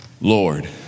Lord